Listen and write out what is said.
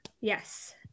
Yes